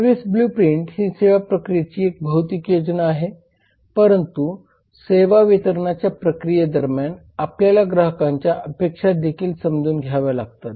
service blueprint ही सेवा प्रक्रियेची एक भौतिक योजना आहे परंतु सेवा वितरणाच्या प्रक्रियेदरम्यान आपल्याला ग्राहकांच्या अपेक्षा देखील समजून घ्याव्या लागतात